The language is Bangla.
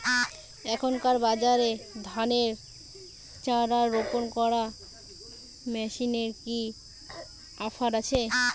এখনকার বাজারে ধানের চারা রোপন করা মেশিনের কি অফার আছে?